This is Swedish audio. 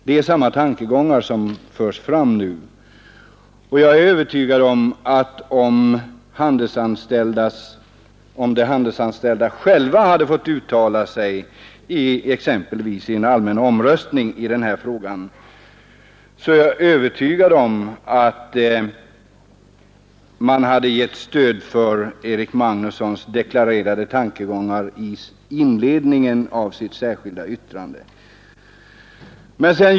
Det är samma tankegångar som förs fram nu, och jag är övertygad om att om de handelsanställda själva hade fått göra sig hörda i den här frågan, exempelvis i en allmän omröstning, hade de gett stöd åt den uppfattning som Erik Magnusson deklarerade i inledningen till sitt särskilda yttrande.